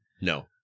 No